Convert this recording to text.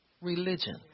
religion